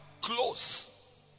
close